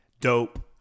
dope